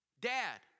Dad